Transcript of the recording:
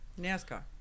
NASCAR